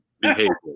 behavior